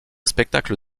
spectacle